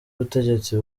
ubutegetsi